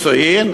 סגן השר אקוניס,